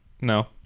No